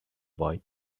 boy